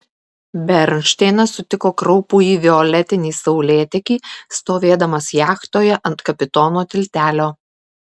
bernšteinas sutiko kraupųjį violetinį saulėtekį stovėdamas jachtoje ant kapitono tiltelio